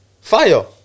Fire